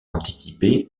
anticipé